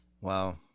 Wow